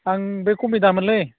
आं बे कमिदामोनलै